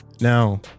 Now